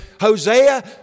Hosea